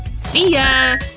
see ya!